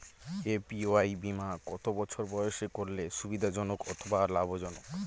APY বীমা কত বছর বয়সে করলে সুবিধা জনক অথবা লাভজনক?